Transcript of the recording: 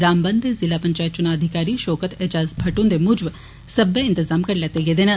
रामबन दे जिला पंचैत चुना अधिकारी षौकत ऐज़ाज भट्ट हुन्दे मुजब सब्बै इंतजाम करी लैते गेदे न